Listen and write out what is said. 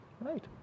Right